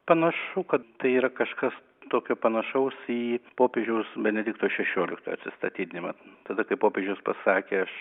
panašu kad tai yra kažkas tokio panašaus į popiežiaus benedikto šešioliktojo atsistatydinimą tada kai popiežius pasakė